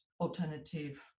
alternative